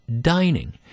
dining